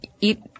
eat